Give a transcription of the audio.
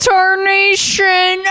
Tarnation